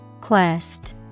Quest